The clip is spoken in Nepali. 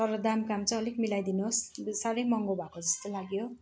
तर दाम काम चाहिँ अलिक मिलाइदिनुहोस् साह्रै महँगो भएको जस्तो लाग्यो